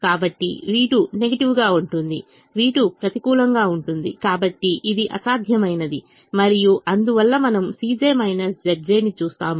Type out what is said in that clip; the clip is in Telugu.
కాబట్టి v2 నెగిటివ్గా ఉంటుంది v2 ప్రతికూలంగా ఉంటుంది కాబట్టి ఇది అసాధ్యమైనది మరియు అందువల్ల మనము Cj Zj ని చూస్తాము